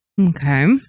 Okay